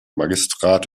magistrat